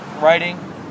writing